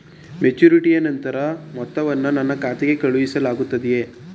ಮೆಚುರಿಟಿಯ ನಂತರ ಮೊತ್ತವನ್ನು ನನ್ನ ಖಾತೆಗೆ ಕಳುಹಿಸಲಾಗುತ್ತದೆಯೇ?